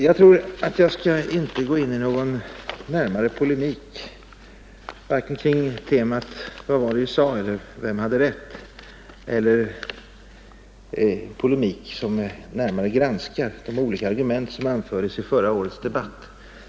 Jag skall inte gå in i någon polemik vare sig på temat ”Vad var det vi sade?” och ”Vem hade rätt?” eller så till vida att jag närmare granskar de argument som anfördes i förra årets debatt.